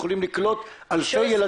יכולים לקלוט אלפי ילדים.